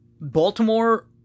Baltimore